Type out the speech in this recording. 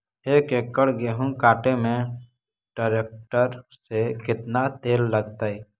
एक एकड़ गेहूं काटे में टरेकटर से केतना तेल लगतइ?